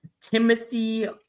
Timothy